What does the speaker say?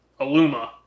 Aluma